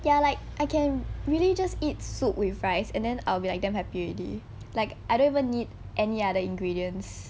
ya like I can religious eat soup with rice and then I'll be like damn happy already like I don't even need any other ingredients